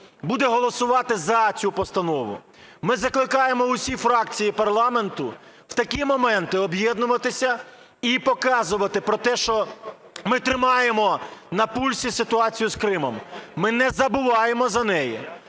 буде голосувати за цю постанову. Ми закликаємо усі фракції парламенту в такі моменти об'єднуватися і показувати про те, що ми тримаємо на пульсі ситуацію з Кримом, ми не забуваємо за неї,